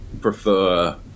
prefer